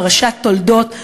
פרשת תולדות,